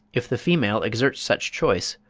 if the female exerts such choice,